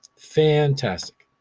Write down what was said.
fantastic.